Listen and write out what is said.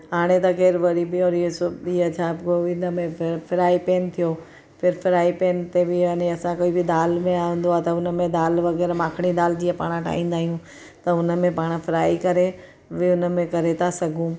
हाणे त ख़ैरु वरी ॾींहों ॾींहुं सुठा ॾींहं छा पोइ हिन में फ फ्राई पैन थियो फिर फ्राई पैन ते बि यानी असां कोई भी दाल में हणंदो आहे त हुन में दाल वग़ैरह माखिणी दाल जीअं पाण ठाहींदा आहियूं त हुन में पाण फ्राई करे वयो हुन में करे था सघूं